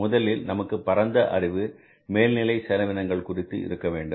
முதலில் நமக்கு பரந்த அறிவு மேல்நிலை செலவினங்கள் குறித்து இருக்க வேண்டும்